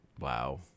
Wow